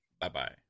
Bye-bye